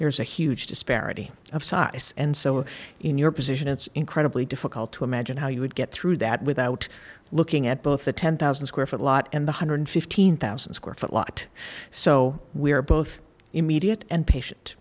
there's a huge disparity of size and so in your position it's incredibly difficult to imagine how you would get through that without looking at both a ten thousand square foot lot and one hundred fifteen thousand square foot lot so we are both immediate and patient